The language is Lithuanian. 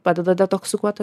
padeda detoksikuoti